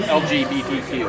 lgbtq